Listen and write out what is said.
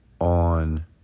on